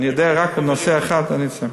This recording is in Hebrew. אני נוגע רק בנושא אחד ואני מסיים.